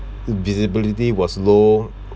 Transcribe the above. the visibility was low